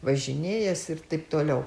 važinėjęs ir taip toliau